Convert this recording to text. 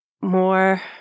more